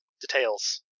details